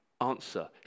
answer